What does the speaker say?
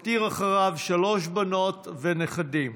הוא הותיר אחריו שלוש בנות ונכדים.